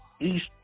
East